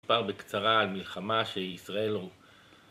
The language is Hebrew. מסופר בקצרה על מלחמה שישראל...